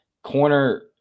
Corner